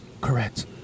correct